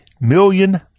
million